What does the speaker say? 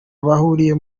bahuriye